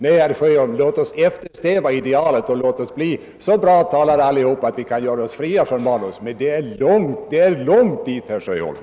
Nej, låt oss i stället eftersträva det idealet att vi alla blir så bra talare att vi kan avstå från att använda manuskript. Men det är långt, mycket långt dit, herr Sjöholm.